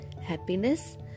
Happiness